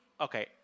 okay